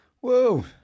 whoa